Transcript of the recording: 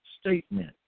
statement